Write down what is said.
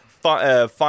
Find